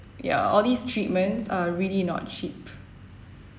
ya all these treatments are really not cheap